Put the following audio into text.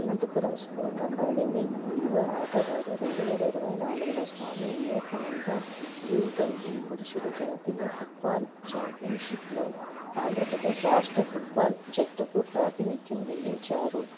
Anantapuram sport academy యువ ఆటగాలు రెండు వేల ఇరవై నాలుగుల స్వామి వివేకానంద యు ట్వంటీ పురుషులు జాతీయ ఫుట్బాల్ ఛాంపియన్షిప్లో ఆంధ్రప్రదేశ్ రాష్ట్ర ఫుట్బాల్ జట్టుకు ప్రాతినిధ్యం వహించారు